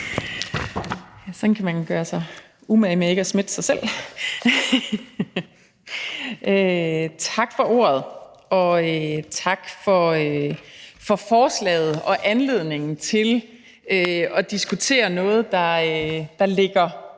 Sådan kan man gøre sig umage med ikke at smitte sig selv. Tak for ordet, og tak for forslaget og anledningen til at diskutere noget, der ligger